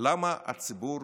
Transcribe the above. למה הציבור